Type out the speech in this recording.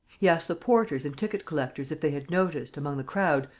he asked the porters and ticket-collectors if they had noticed, among the crowd,